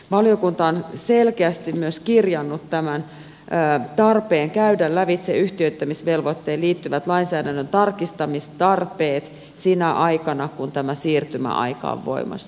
valiokunta on selkeästi myös kirjannut tarpeen käydä lävitse yhtiöittämisvelvoitteeseen liittyvät lainsäädännön tarkistamistarpeet sinä aikana kun tämä siirtymäaika on voimassa